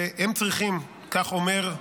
והם צריכים, כך אומר,